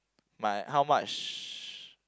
my how much